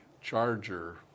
charger